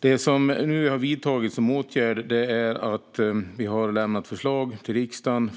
Den åtgärd som har vidtagits är att regeringen har lämnat förslag till riksdagen